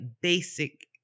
basic